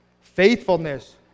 faithfulness